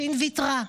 ש' ויתרה,